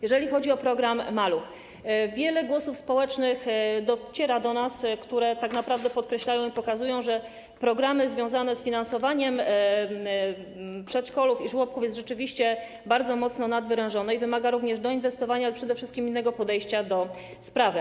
Jeżeli chodzi o program „Maluch”, dociera do nas wiele głosów społecznych, które tak naprawdę podkreślają i pokazują, że programy związane z finansowaniem przedszkoli i żłobków jest rzeczywiście bardzo mocno nadwyrężone i wymaga również doinwestowania i przede wszystkim innego podejścia do sprawy.